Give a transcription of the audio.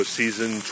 season